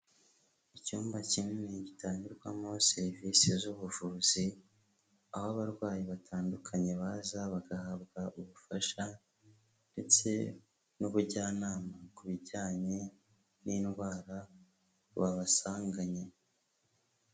Icyumba kinini gitangirwamo serivisi z'ubuvuzi, aho abarwayi batandukanye baza bagahabwa ubufasha ndetse n'ubujyanama ku bijyanye n'indwara babasanganye.